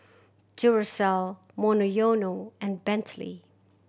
Duracell Monoyono and Bentley